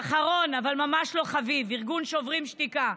ואחרון, אבל ממש לא חביב, ארגון שוברים שתיקה,